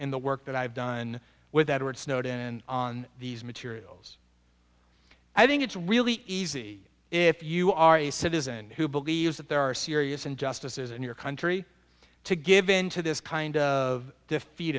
in the work that i've done with edward snowden and on these materials i think it's really easy if you are a citizen who believes that there are serious injustices in your country to give in to this kind of